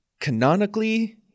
canonically